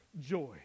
joy